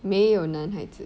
没有男孩子